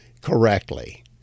correctly